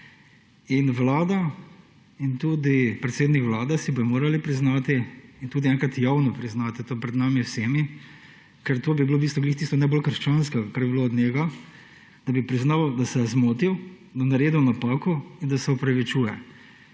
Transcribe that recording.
Vlada in tudi predsednik vlade, vsi bodo morali priznati in tudi enkrat javno priznati to pred nami vsemi, ker to bi bilo ravno tisto najbolj krščansko od njega, da bi priznal, da se je zmotil in naredil napako in da se opravičuje.